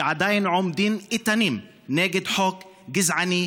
שעדיין עומדים איתנים נגד חוק גזעני,